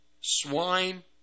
swine